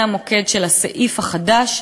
זה המוקד של הסעיף החדש,